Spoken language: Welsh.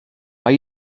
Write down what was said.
mae